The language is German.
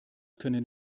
können